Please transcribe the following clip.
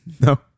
No